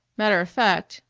matter of fact,